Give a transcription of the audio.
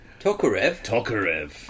Tokarev